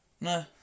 No